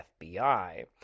FBI